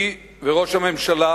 אני וראש הממשלה,